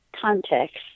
context